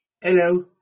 Hello